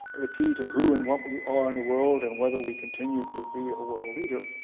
the key to who and what we are in the world and whether we continue to be a world leader,